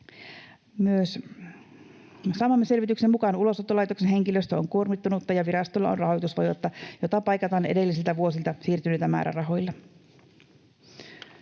Saamamme selvityksen mukaan myös Ulosottolaitoksen henkilöstö on kuormittunutta ja virastolla on rahoitusvajetta, jota paikataan edellisiltä vuosilta siirtyneillä määrärahoilla.